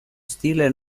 stile